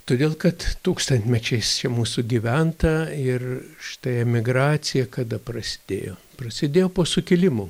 todėl kad tūkstantmečiais čia mūsų gyventa ir štai emigracija kada prasidėjo prasidėjo po sukilimų